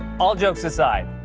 all jokes aside,